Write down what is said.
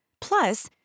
Plus